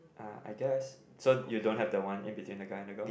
uh I guess so you don't have the one in between the guy and the girl